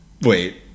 wait